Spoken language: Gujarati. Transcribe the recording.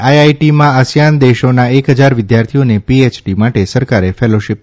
આઇઆઇટીમાં આસીયાન દેશોના એક ફજાર વિદ્યાર્થીઓને પીએચડી માટે સરકારે ફેલોશીપ